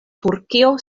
turkio